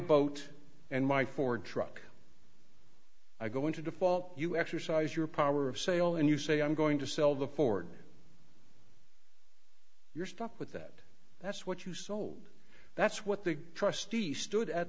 boat and my ford truck i go into default you exercise your power of sale and you say i'm going to sell the ford you're stuck with that that's what you sold that's what the trustee stood at